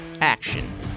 action